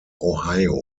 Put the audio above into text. ohio